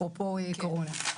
אפרופו קורונה.